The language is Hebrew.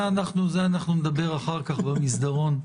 על זה אנחנו נדבר אחר כך במסדרון.